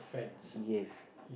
yes